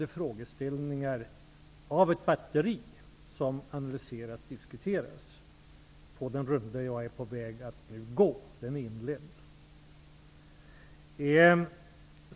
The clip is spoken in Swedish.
Det är en av de frågor i ett batteri av frågor som analyseras och diskuteras på den runda jag är på väg att nu gå; den är inledd.